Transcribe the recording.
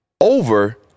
over